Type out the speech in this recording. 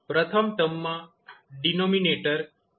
પ્રથમ ટર્મમાં denominator s p1 છે